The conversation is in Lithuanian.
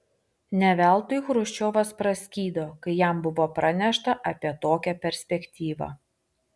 ne veltui chruščiovas praskydo kai jam buvo pranešta apie tokią perspektyvą